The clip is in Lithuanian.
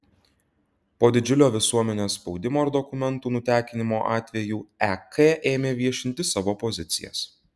po didžiulio visuomenės spaudimo ir dokumentų nutekinimo atvejų ek ėmė viešinti savo pozicijas